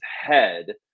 head